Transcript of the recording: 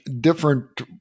different